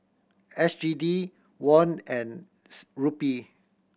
S G D Won and Rupee